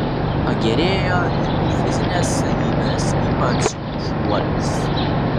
pagerėjo ir jų fizinės savybės ypač šuolis